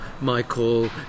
Michael